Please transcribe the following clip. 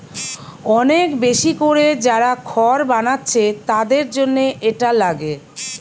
অনেক বেশি কোরে যারা খড় বানাচ্ছে তাদের জন্যে এটা লাগে